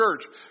Church